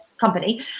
company